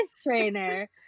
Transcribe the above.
trainer